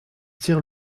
tire